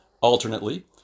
Alternately